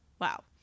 Wow